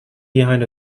behind